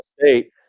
State